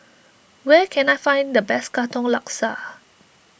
where can I find the best Katong Laksa